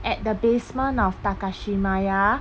at the basement of takashimaya